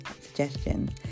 suggestions